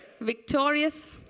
victorious